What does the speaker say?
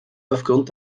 aufgrund